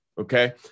Okay